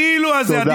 ה"כאילו" הזה, תודה.